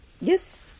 Yes